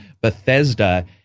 Bethesda